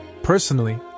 Personally